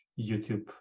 YouTube